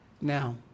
Now